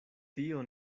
tio